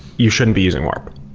you shouldn't be using warp,